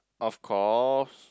of course